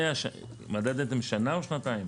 מדדתם שנה או שנתיים?